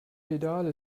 pedale